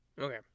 okay